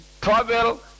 travel